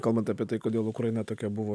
kalbant apie tai kodėl ukraina tokia buvo